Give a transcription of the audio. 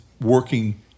working